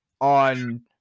on